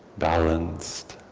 balanced.